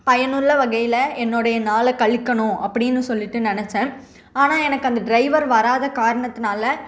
பயனுள்ள வகையில் என்னோடைய நாள கழிக்கணும் அப்படின்னு சொல்லிவிட்டு நினச்சேன் ஆனால் எனக்கு அந்த டிரைவர் வராத காரணத்துனால